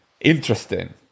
Interesting